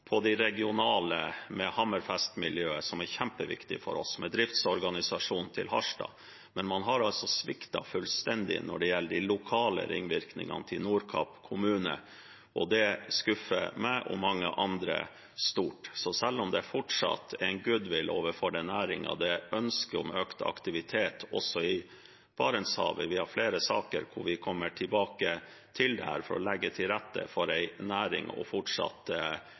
med Hammerfest-miljøet, som er kjempeviktig for oss, og med driftsorganisasjon i Harstad, men man har sviktet fullstendig når det gjelder de lokale ringvirkningene for Nordkapp kommune. Det skuffer meg og mange andre stort. Så selv om det fortsatt finnes goodwill overfor denne næringen, og det er ønske om økt aktivitet også i Barentshavet – vi har flere saker hvor vi kommer tilbake til dette, for å legge til rette for en næring og fortsatt